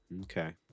okay